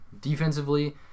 Defensively